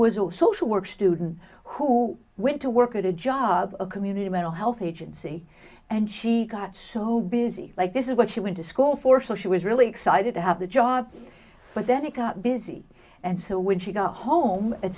or social work student who went to work at a job a community mental health agency and she got so busy like this is what she went to school for so she was really excited to have the job but then it got busy and so when she got home at